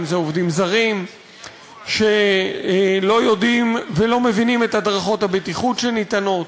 אם אלה עובדים זרים שלא יודעים ולא מבינים את הדרכות הבטיחות שניתנות,